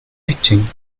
acting